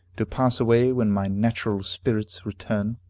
to pass away when my natural spirits return.